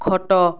ଖଟ